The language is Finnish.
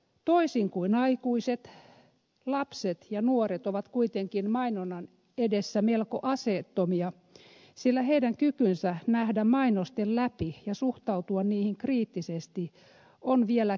toisin kuin aikuiset lapset ja nuoret ovat kuitenkin mainonnan edessä melko aseettomia sillä heidän kykynsä nähdä mainosten läpi ja suhtautua niihin kriittisesti on vielä kehittymätön